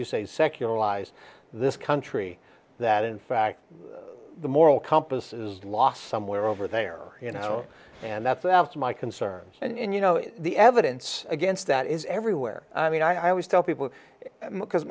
you say secular allies this country that in fact the moral compass is lost somewhere over there you know and that's my concern and you know the evidence against that is everywhere i mean i always tell people because